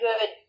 good